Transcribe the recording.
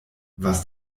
was